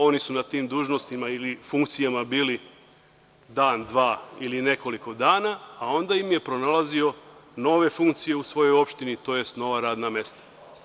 Oni su na tim dužnostima ili funkcijama bili dan, dva ili nekoliko dana, a onda im je pronalazio nove funkcije u svojoj opštini, tj. nova radna mesta.